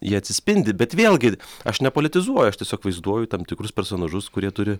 jie atsispindi bet vėlgi aš nepolitizuoju aš tiesiog vaizduoju tam tikrus personažus kurie turi